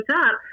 up